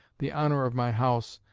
the honour of my house,